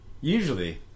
Usually